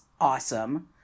awesome